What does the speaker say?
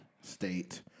state